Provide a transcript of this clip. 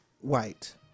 white